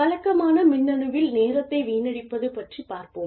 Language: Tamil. பழக்கமான மின்னணுவில் நேரத்தை வீணடிப்பது பற்றிப் பார்ப்போம்